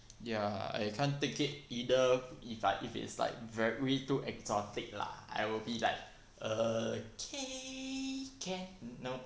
ya I can't take it either if li~ if like it is like very too exotic lah I will be like err K can nope